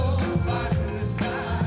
oh my god